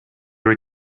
were